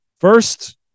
First